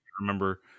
remember